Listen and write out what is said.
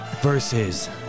Versus